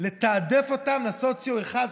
לתעדף אותם לסוציו 1,